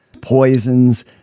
poisons